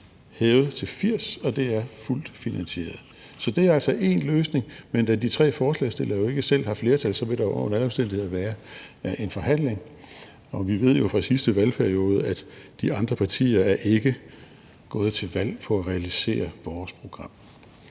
hævet til 80, og det er fuldt finansieret. Så det er altså én løsning, men da de tre forslagsstillere jo ikke selv har flertal, vil der under alle omstændigheder være en forhandling. Og vi ved jo fra sidste valgperiode, at de andre partier ikke er gået til valg på at realisere vores program.